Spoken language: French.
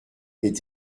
est